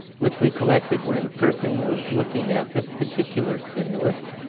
which we collected when a person was looking at this particular stimulus,